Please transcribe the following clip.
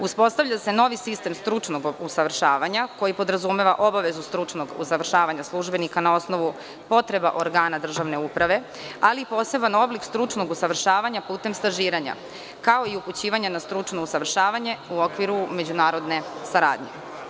Uspostavlja se novi sistem stručnog usavršavanja koji podrazumeva obavezu stručnog usavršavanja službenika na osnovu potreba ograna državne uprave, ali i poseban oblik stručnog usavršavanja putem stažiranja, kao i upućivanja na stručno usavršavanje u okviru međunarodne saradnje.